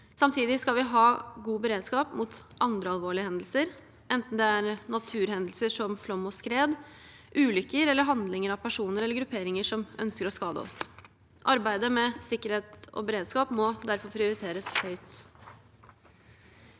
Samtidig skal vi ha god beredskap mot andre alvorlige hendelser, enten det er naturhendelser som flom og skred, ulykker eller handlinger av personer eller grupperinger som ønsker å skade oss. Arbeidet med sikkerhet og beredskap må derfor prioriteres høyt.